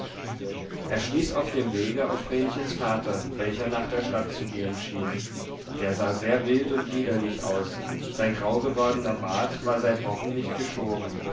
er stieß auf dem wege auf vrenchens vater welcher nach der stadt zu gehen schien der sah sehr wild und liederlich aus sein graugewordener bart war seit wochen nicht geschoren